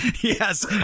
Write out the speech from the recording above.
Yes